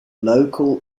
local